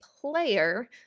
player